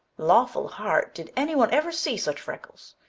lawful heart, did any one ever see such freckles?